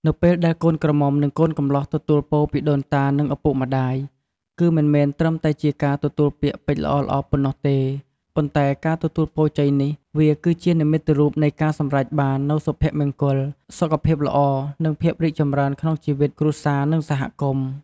នៅពេលដែលកូនក្រមុំ និងកូនកំលោះទទួលពរពីដូនតានិងឪពុកម្តាយ គឺមិនមែនត្រឹមតែជាការទទួលពាក្យពេចន៍ល្អៗប៉ុណ្ណោះទេ ប៉ុន្ដែ ការទទួលពរជ័យនេះ វាគឺជានិមិត្តរូបនៃការសម្រេចបាននូវសុភមង្គល សុខភាពល្អ និងភាពរីកចម្រើនក្នុងជីវិត គ្រួសារ និងសហគមន៍។